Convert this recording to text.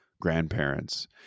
grandparents